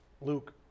Luke